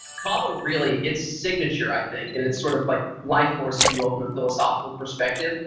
kava really, it's signature, i think and it's sort of like life force, if you will, from a philosophical perspective,